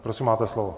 Prosím, máte slovo.